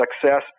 success